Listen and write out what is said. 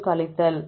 மற்றும் கழித்தல்